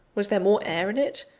was there more air in it,